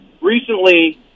Recently